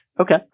Okay